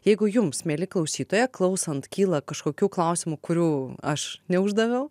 jeigu jums mieli klausytojai klausant kyla kažkokių klausimų kurių aš neuždaviau